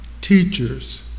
teachers